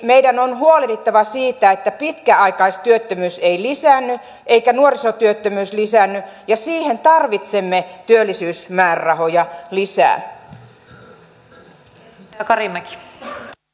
meidän on huolehdittava siitä että pitkäaikaistyöttömyys ei lisäänny eikä nuorisotyöttömyys lisäänny ja siihen tarvitsemme työllisyysmäärärahoja lisää